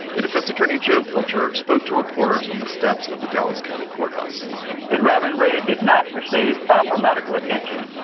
the defense attorney joe pilcher spoke to reporters on the steps of the dallas county courthouse and reverend reeb did not receive proper medical attention,